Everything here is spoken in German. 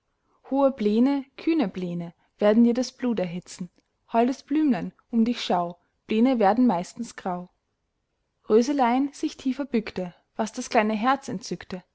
hohe pläne kühne pläne werden dir das blut erhitzen holdes blümlein um dich schau pläne werden meistens grau röselein sich tiefer bückte was das kleine herz entzückte